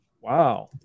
Wow